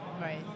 Right